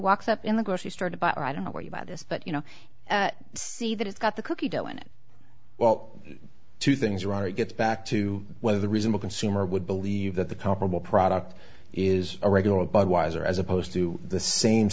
walks up in the grocery store to buy our i don't know where you buy this but you know see that it's got the cookie dough in it well two things are are you get back to whether the reasonable consumer would believe that the comparable product is a regular budweiser as opposed to the same